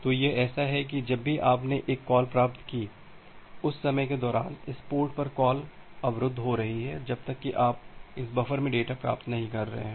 तो यह ऐसा है कि जब भी आपने एक कॉल प्राप्त की है उस समय के दौरान इस पोर्ट पर कॉल अवरुद्ध हो रही है जब तक कि आप इस बफर में डेटा प्राप्त नहीं कर रहे हैं